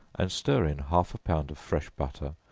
and stir in half a pound of fresh butter,